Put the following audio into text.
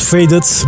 Faded